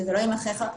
שזה לא יימחק לך,